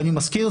אני מזכיר,